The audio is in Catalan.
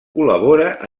col·labora